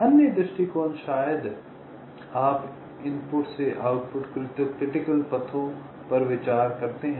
अन्य दृष्टिकोण शायद आप इनपुट से आउटपुट क्रिटिकल पथों पर विचार करते हैं